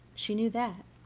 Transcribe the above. she knew that,